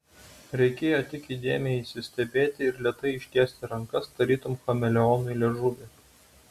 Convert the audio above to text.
reikėjo tik įdėmiai įsistebėti ir lėtai ištiesti rankas tarytum chameleonui liežuvį